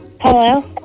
Hello